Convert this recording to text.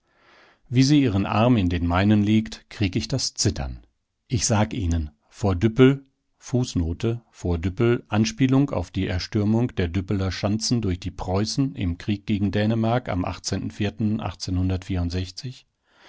wie sie ihren arm in den meinen legt krieg ich das zittern ich sag ihnen vor düppel vor düppel anspielung auf die erstürmung der düppeler schanzen durch die preußen im krieg gegen dänemark am